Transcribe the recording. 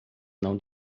não